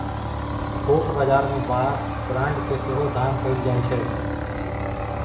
थोक बजार मे बार ब्रांड केँ सेहो दाम कएल जाइ छै